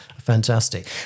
Fantastic